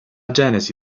genesi